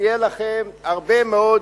ושיהיה לכם בהצלחה.